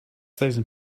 thousand